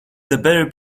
better